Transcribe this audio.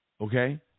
Okay